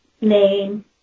name